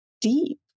deep